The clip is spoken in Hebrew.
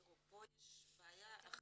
פה יש בעיה אחרת.